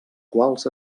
quals